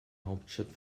hauptstadt